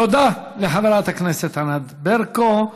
תודה לחברת הכנסת ענת ברקו.